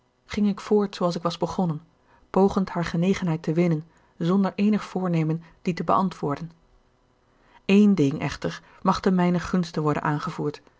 ging ik voort zooals ik was begonnen pogend haar genegenheid te winnen zonder eenig voornemen die te beantwoorden een ding echter mag te mijnen gunste worden aangevoerd